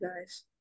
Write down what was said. guys